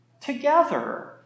together